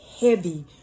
heavy